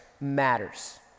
matters